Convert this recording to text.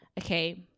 Okay